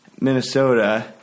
Minnesota